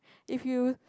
if you